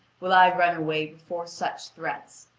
will i run away before such threats.